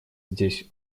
здесь